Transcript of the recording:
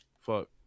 fuck